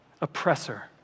oppressor